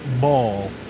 ball